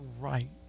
Right